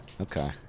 Okay